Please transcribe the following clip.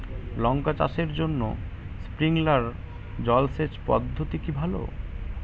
লঙ্কা চাষের জন্য স্প্রিংলার জল সেচ পদ্ধতি কি ভালো?